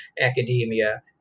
academia